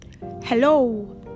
Hello